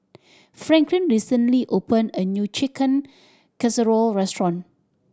Franklin recently opened a new Chicken Casserole restaurant